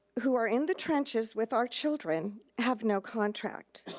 who are in the trenches with our children, have no contract.